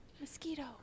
mosquito